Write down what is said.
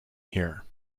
here